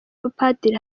abapadiri